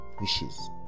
wishes